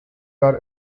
are